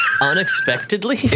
Unexpectedly